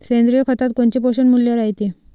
सेंद्रिय खतात कोनचे पोषनमूल्य रायते?